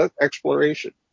exploration